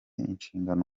inshingano